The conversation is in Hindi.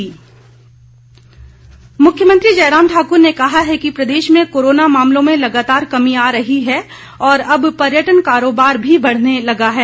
मुख्यमंत्री मुख्यमंत्री जयराम ठाकर ने कहा है कि प्रदेश में कोरोना मामलों में लगातार कमी आ रही है और अब पर्यटन कारोबार भी बढ़ने लगा है